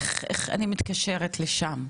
איך אני מתקשרת לשם?